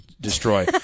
destroy